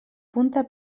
punta